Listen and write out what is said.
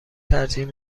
ترجیح